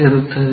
ಇರುತ್ತದೆ